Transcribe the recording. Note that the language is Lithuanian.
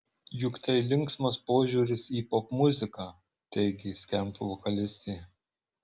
juk tai linksmas požiūris į popmuziką teigė skamp vokalistė